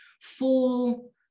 full